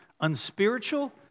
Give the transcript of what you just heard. unspiritual